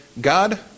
God